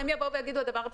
הם יגידו את הדבר הבסיסי,